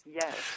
Yes